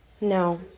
No